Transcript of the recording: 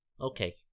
Okay